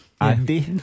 Andy